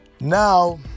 Now